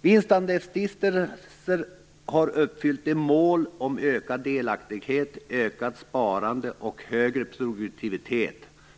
Vinstandelsstiftelser har uppfyllt de mål om ökad delaktighet, ökat sparande och högre produktivitet